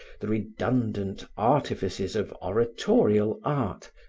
the redundant artifices of oratorial art,